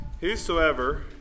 Whosoever